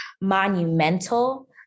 monumental